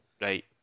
Right